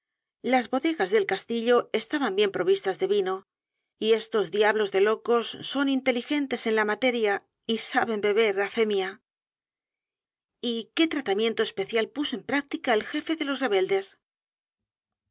las bodegas del castillo estaban bien provistas de vino y estos diablos de locos son inteligentes en la materia y saben beber á fe mía y qué tratamiento especial puso en práctica el jefe de los rebeldes